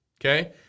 Okay